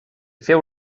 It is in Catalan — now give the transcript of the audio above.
feu